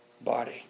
body